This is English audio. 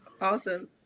Awesome